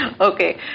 okay